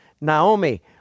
Naomi